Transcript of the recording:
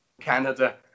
Canada